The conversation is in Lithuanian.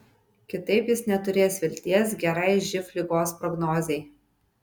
kitaip jis neturės vilties gerai živ ligos prognozei